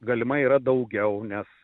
galimai yra daugiau nes